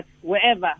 wherever